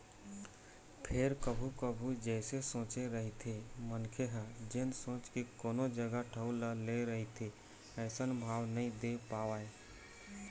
फेर कभू कभू जइसे सोचे रहिथे मनखे ह जेन सोच के कोनो जगा ठउर ल ले रहिथे अइसन भाव नइ दे पावय